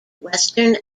western